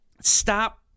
stop